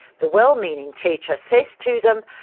the well-meaning teacher says to them,